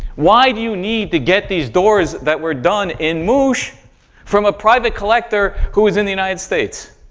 why do you need to get these doors that were done in moshe from a private collector who is in the united states?